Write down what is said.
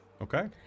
Okay